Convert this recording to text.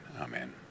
Amen